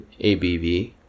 ABV